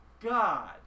God